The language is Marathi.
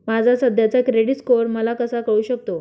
माझा सध्याचा क्रेडिट स्कोअर मला कसा कळू शकतो?